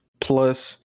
Plus